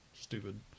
Stupid